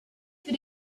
für